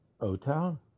O-Town